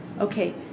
Okay